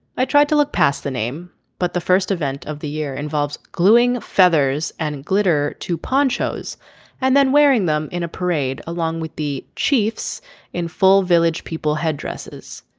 i tried to look past the name but the first event of the year involves gluing feathers and glitter to ponchos and then wearing them in a parade along with the chiefs in full village people head dresses.